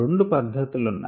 రెండు పద్ధతులు ఉన్నాయి